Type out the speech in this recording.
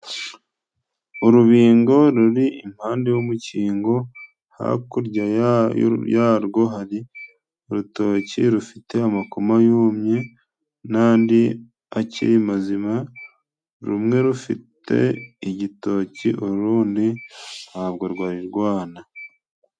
Urubingo ruri impande y'umukingo ,hakurya yarwo hari urutoki rufite amakoma yumye nandi akiri mazima, rumwe rufite igitoki urundi ntabwo rwarirwana.